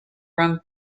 from